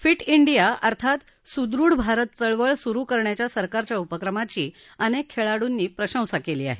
फि India अर्थात सुदृढ भारत चळवळ सुरु करण्याच्या सरकारच्या उपक्रमाची अनेक खेळाडूंनी प्रशंसा केली आहे